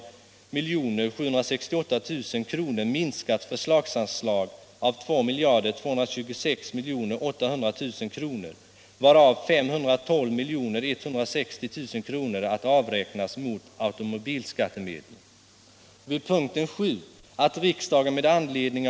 Däremot avvisar vi de övriga 250 tjänsterna.